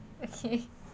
okay